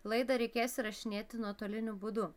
laidą reikės įrašinėti nuotoliniu būdu